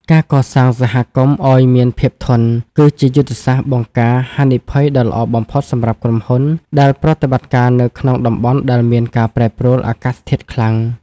ការកសាងសហគមន៍ឱ្យមានភាពធន់ គឺជាយុទ្ធសាស្ត្របង្ការហានិភ័យដ៏ល្អបំផុតសម្រាប់ក្រុមហ៊ុន ដែលប្រតិបត្តិការនៅក្នុងតំបន់ដែលមានការប្រែប្រួលអាកាសធាតុខ្លាំង។